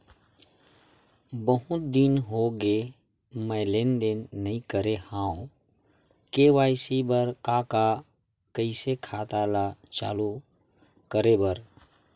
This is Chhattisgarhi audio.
बहुत दिन हो गए मैं लेनदेन नई करे हाव के.वाई.सी बर का का कइसे खाता ला चालू करेबर?